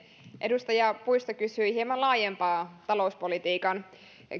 edustaja puisto kysyi hieman laajemman talouspolitiikan